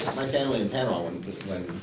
my family in panama, and